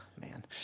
man